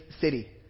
city